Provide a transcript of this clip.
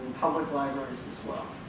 public libraries as well